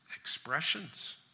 expressions